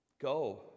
go